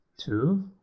Two